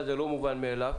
מי נמנע?